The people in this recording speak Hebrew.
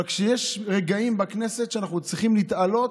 אבל כשיש רגעים בכנסת שאנחנו צריכים להתעלות,